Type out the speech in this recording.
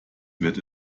wird